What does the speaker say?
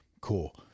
cool